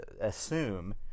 assume